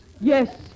Yes